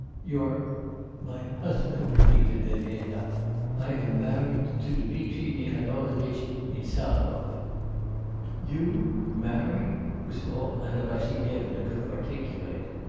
your my husband repeated elena i am married to dmitri nikanorovitch insarov you married was all anna vassilyevna could articulate.